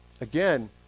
again